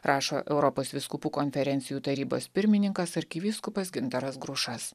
rašo europos vyskupų konferencijų tarybos pirmininkas arkivyskupas gintaras grušas